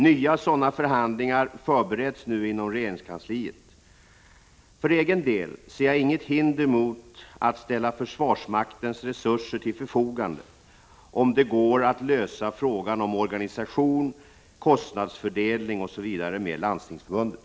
Nya sådana förhandlingar förbereds nu inom regeringskansliet. För egen del ser jag inget hinder för att ställa försvarsmaktens resurser till förfogande om det går att lösa frågan om organisation, kostnadsfördelning osv. med Landstingsförbundet.